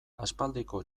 aspaldiko